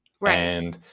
right